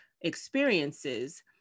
experiences